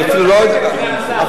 משפט אחרון.